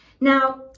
Now